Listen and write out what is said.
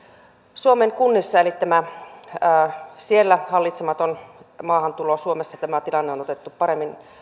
suomen kunnissa eli siellä on kyseessä hallitsematon maahantulo mutta suomessa tämä tilanne on on otettu paremmin